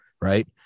right